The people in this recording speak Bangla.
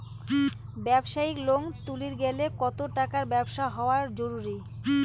ব্যবসায়িক লোন তুলির গেলে কতো টাকার ব্যবসা হওয়া জরুরি?